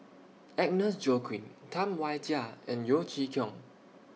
Agnes Joaquim Tam Wai Jia and Yeo Chee Kiong